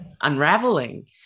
unraveling